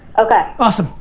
okay. awesome,